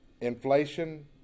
Inflation